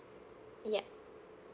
yup